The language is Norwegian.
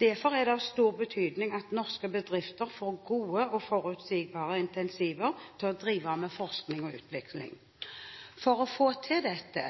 Derfor er det av stor betydning at norske bedrifter får gode og forutsigbare incentiver til å drive med forskning og utvikling. For å få til dette